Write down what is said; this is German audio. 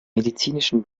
medizinischen